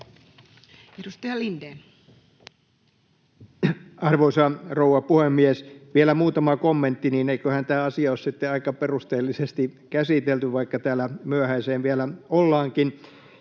Content: Arvoisa rouva puhemies! Vielä muutama kommentti, niin eiköhän tämä asia ole sitten aika perusteellisesti käsitelty, vaikka täällä myöhäiseen vielä ollaankin.